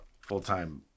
full-time